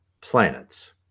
planets